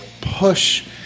push